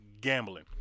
Gambling